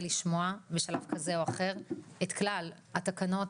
לשמוע בשלב כזה או אחר את כלל התקנות,